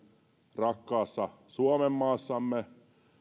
rakkaassa suomenmaassamme